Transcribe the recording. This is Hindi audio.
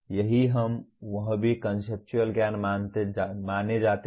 यही हम वह भी कॉन्सेप्चुअल ज्ञान माने जाते हैं